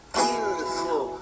beautiful